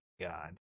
God